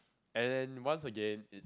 and once again it's